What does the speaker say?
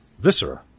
Viscera